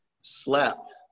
slept